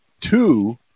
two